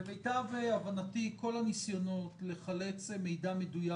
למיטב הבנתי, כל הניסיונות לחלץ מידע מדויק